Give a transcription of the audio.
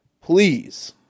Please